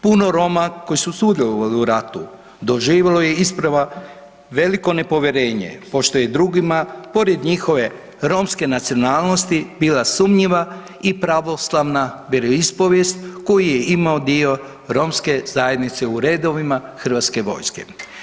Puno Roma koji su sudjelovali u ratu, doživjeli je isprva veliko nepovjerenje pošto je drugima pored njihove romske nacionalnosti bila sumnjiva i pravoslavna vjeroispovijest koju je imao dio romske zajednice u redovima Hrvatske vojske.